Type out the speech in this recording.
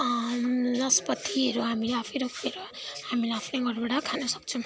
नसपतिहरू हामीले आफै रोपेर हामीले आफ्नै घरबाट खान सक्छौँ